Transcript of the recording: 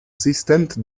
stand